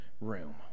room